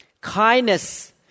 Kindness